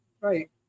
Right